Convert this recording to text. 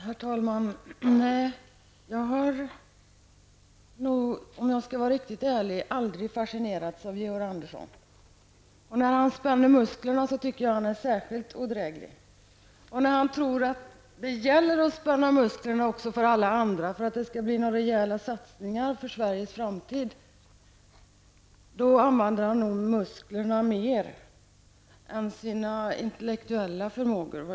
Herr talman! Jag har nog, om jag skall vara riktigt ärlig, aldrig fascinerats av Georg Andersson. Och när han spänner musklerna tycker jag att han är särskilt odräglig. När han tror att det också för alla andra gäller att spänna musklerna för att det skall bli några rejäla satsningar för Sveriges framtid använder han nog musklerna mer än sin intellektuella förmåga.